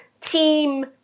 Team